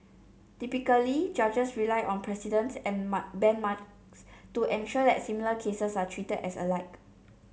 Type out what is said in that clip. typically judges rely on precedents and mark benchmarks to ensure that similar cases are treated as alike